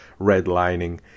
redlining